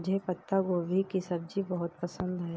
मुझे पत्ता गोभी की सब्जी बहुत पसंद है